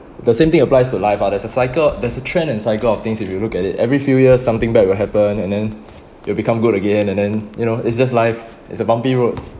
the same thing applies to life ah there's a cycle there's a trend and cycle of things if you look at it every few years something bad will happen and then will become good again and then you know it's just life it's a bumpy road